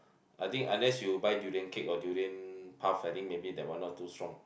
I think unless you buy durian cake or durian puff I think maybe that one not too strong